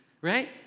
right